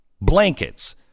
blankets